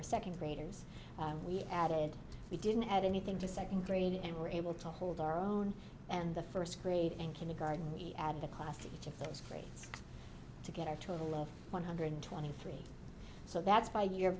were second graders we added we didn't add anything to second grade and were able to hold our own and the first grade in kindergarten we added a class to each of those grades to get our total of one hundred twenty three so that's why your